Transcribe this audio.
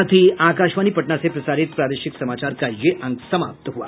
इसके साथ ही आकाशवाणी पटना से प्रसारित प्रादेशिक समाचार का ये अंक समाप्त हुआ